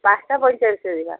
ପାଞ୍ଚଟା ପଇଁଚାଳିଶରେ ଯିବା